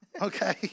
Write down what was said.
okay